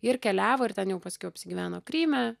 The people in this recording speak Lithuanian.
ir keliavo ir ten jau paskiau apsigyveno kryme